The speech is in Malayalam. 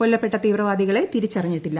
കൊല്ലപ്പെട്ട തീവ്രവാദികളെ തിരിച്ചറിഞ്ഞിട്ടില്ല